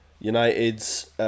United's